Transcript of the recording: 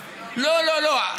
לא, לא, לא.